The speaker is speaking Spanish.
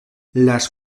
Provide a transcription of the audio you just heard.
las